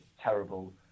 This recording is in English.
terrible